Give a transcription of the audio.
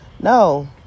No